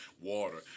Water